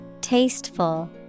Tasteful